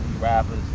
rappers